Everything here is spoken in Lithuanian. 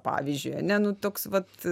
pavyzdžiui ane nu toks vat